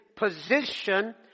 position